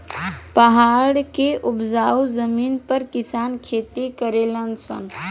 पहाड़ के उपजाऊ जमीन पर किसान खेती करले सन